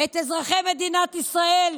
את אזרחי מדינת ישראל,